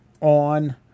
on